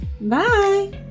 Bye